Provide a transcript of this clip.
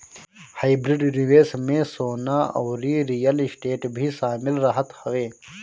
hybrid निवेश में सोना अउरी रियल स्टेट भी शामिल रहत हवे